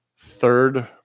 third